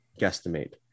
guesstimate